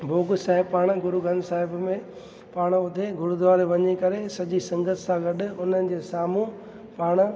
भोग साहिब पाण गुरू ग्रंथ साहिब में पाण उथे गुरूद्वारे में वञी करे सॼी संगत सां गॾ हुननि जे साम्हूं पाण